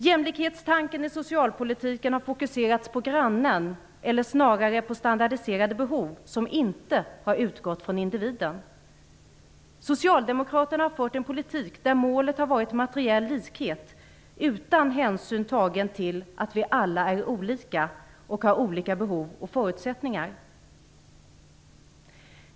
Jämlikhetstanken i socialpolitiken har fokuserats på grannen eller snarare på standardiserade behov där man inte har utgått från individen. Socialdemokraterna har fört en politik där målet har varit materiell likhet utan hänsyn tagen till att vi alla är olika och har olika behov och förutsättningar.